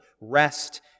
rest